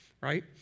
right